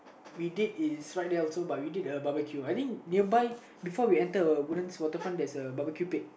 we did is right there also but we did is a barbecue I think nearby before we enteruhWoodlands-Waterfront there's a barbecue pit